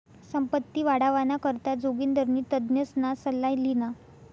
संपत्ती वाढावाना करता जोगिंदरनी तज्ञसना सल्ला ल्हिना